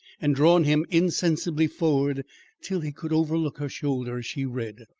and drawn him insensibly forward till he could overlook her shoulder as she read,